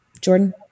Jordan